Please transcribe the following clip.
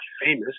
famous